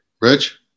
Rich